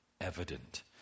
evident